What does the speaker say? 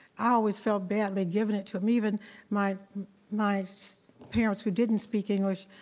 i always felt bad giving it to them, even my my parents who didn't speak english,